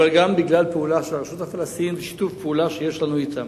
אבל גם בגלל פעולה של הרשות הפלסטינית ושיתוף פעולה שיש לנו אתם.